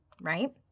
right